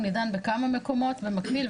הוא נידון בכמה מקומות במקביל,